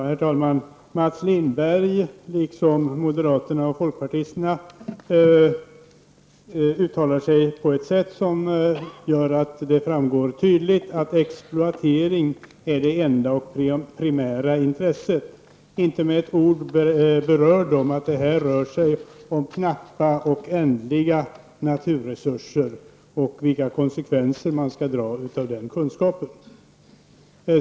Herr talman! Mats Lindberg liksom moderaterna och folkpartisterna uttalar sig på ett sådant sätt att det tydligt framgår att exploatering är det enda och primära intresset. De berör inte med ett ord att det handlar om knappa och ändliga naturresurser och vilka konsekvenser man skall dra av den kunskapen.